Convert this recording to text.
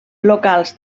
locals